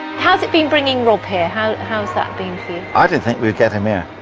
how's it been bringing rob here? how's how's that been for you? i didn't think we'd get him here.